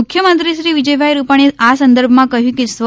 મુખ્યમંત્રી શ્રી વિજયભાઇ રૂપાણીએ આસંદર્ભમાં કહ્યું કે સ્વ